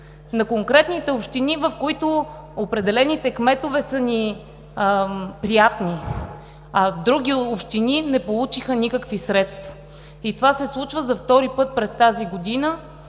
на конкретните общини, в които определените кметове са ни приятни, а други общини не получиха никакви средства. Това се случва за втори път през тази година.